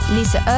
Lisa